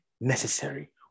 necessary